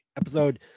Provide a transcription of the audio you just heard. episode